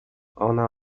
ona